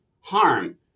harm